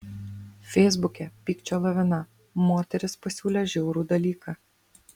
feisbuke pykčio lavina moteris pasiūlė žiaurų dalyką